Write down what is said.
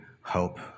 hope